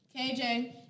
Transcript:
KJ